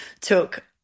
took